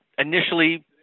Initially